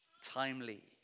timely